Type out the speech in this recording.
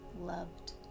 loved